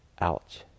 Ouch